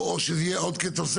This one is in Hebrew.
או שזה יהיה עוד כתוספת,